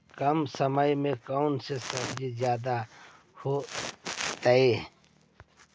कम समय में कौन से सब्जी ज्यादा होतेई?